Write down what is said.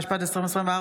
התשפ"ד 2024,